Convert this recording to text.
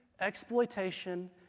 Exploitation